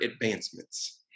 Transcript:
advancements